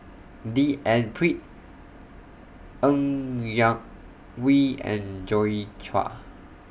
D N Pritt Ng Yak Whee and Joi Chua